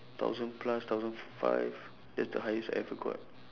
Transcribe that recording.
thousand plus thousand five that's the highest I ever got